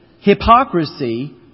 hypocrisy